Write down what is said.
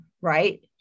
right